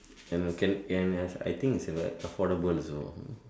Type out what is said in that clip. and can and F I think is affordable